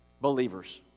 believers